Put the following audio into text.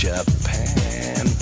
Japan